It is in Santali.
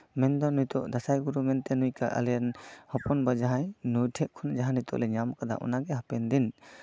ᱢᱮᱱᱫᱚ ᱱᱤᱛᱚᱜ ᱫᱟᱸᱥᱟᱭ ᱜᱩᱨᱩ ᱢᱮᱱᱛᱮ ᱟᱞᱮᱨᱮᱱ ᱦᱚᱯᱚᱱ ᱵᱟ ᱡᱟᱦᱟᱸᱭ ᱱᱩᱭ ᱴᱷᱮᱡ ᱠᱷᱚᱱ ᱡᱟᱦᱟᱸ ᱱᱤᱛᱚᱜ ᱞᱮ ᱧᱟᱢ ᱠᱟᱫᱟ ᱚᱱᱟᱜᱮ ᱦᱟᱯᱮᱱ ᱫᱤᱱ